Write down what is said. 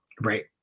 Right